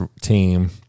team